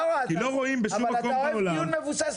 אבל, קארה, אתה אוהב דיון מבוסס נתונים.